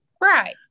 right